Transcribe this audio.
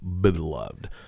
beloved